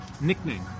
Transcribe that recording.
nickname